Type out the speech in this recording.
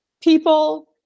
People